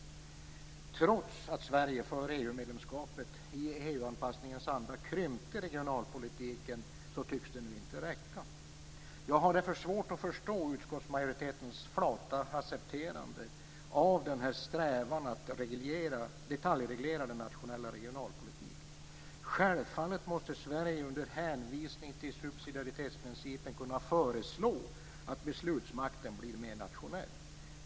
Trots att Sverige före EU-medlemskapet i EU-anpassningens anda krympte regionalpolitiken, tycks det nu inte räcka. Jag har därför svårt att förstå utskottsmajoritetens flata accepterande av denna strävan att detaljreglera den nationella regionalpolitiken. Självfallet måste Sverige under hänvisning till subsidiaritetsprincipen kunna föreslå att beslutsmakten blir mer nationell.